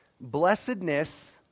Blessedness